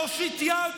להושיט יד?